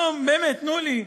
באמת, תנו לי.